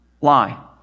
lie